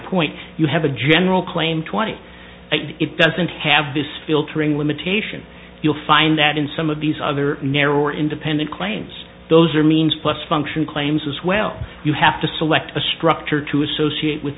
point you have a general claim twenty it doesn't have this filtering limitation you'll find that in some of these other narrower independent claims those are means plus function claims as well you have to select a structure to associate with